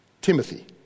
Timothy